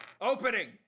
opening